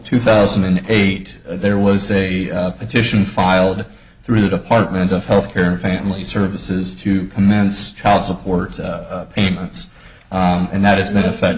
two thousand and eight there was a petition filed through the department of health care and family services to commence child support payments and that is not